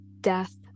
death